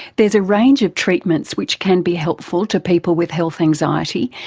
there's a range of treatments which can be helpful to people with health anxiety,